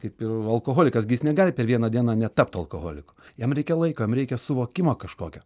kaip ir alkoholikas gi jis negali per vieną dieną netapt alkoholiku jam reikia laiko jam reikia suvokimo kažkokio